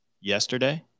yesterday